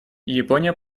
япония